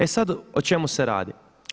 E sad o čemu se radi?